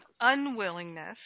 unwillingness